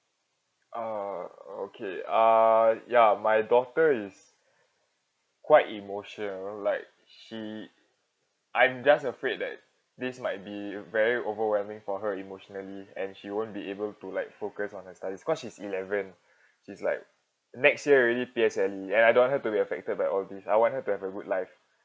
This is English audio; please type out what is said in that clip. uh okay uh ya my daughter is quite emotional like she I'm just afraid that this might be very overwhelming for her emotionally and she won't be able to like focus on her studies cause she's eleven she's like next year already P_S_L_E and I don't want her to be affected by all these I want her to have a good life